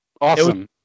Awesome